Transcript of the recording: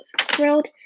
thrilled